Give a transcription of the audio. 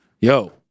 yo